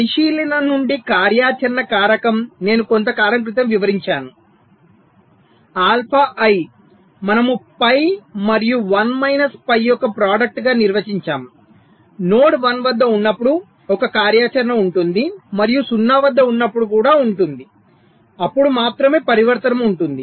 పరిశీలన నుండి కార్యాచరణ కారకం నేను కొంతకాలం క్రితం వివరించాను ఆల్ఫా ఐ మనము పై మరియు 1 మైనస్ పై యొక్క ప్రాడక్టు గా నిర్వచించాము నోడ్ 1 వద్ద ఉన్నప్పుడు ఒక కార్యాచరణ ఉంటుంది మరియు 0 వద్ద ఉన్నప్పుడు కూడా ఉంటుంది అప్పుడు మాత్రమే పరివర్తనం ఉంటుంది